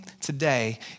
today